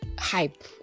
hype